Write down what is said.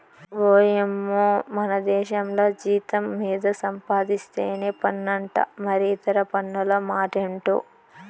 ఓయమ్మో మనదేశంల జీతం మీద సంపాధిస్తేనే పన్నంట మరి ఇతర పన్నుల మాటెంటో